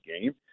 game